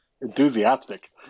enthusiastic